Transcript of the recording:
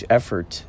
effort